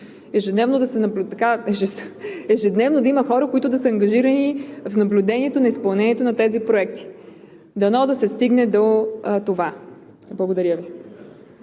ежедневно да има хора, които да са ангажирани с наблюдението на изпълнението на тези проекти. Дано да се стигне до това. Благодаря Ви.